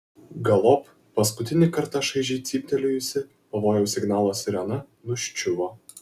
galop paskutinį kartą šaižiai cyptelėjusi pavojaus signalo sirena nuščiuvo